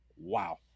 wow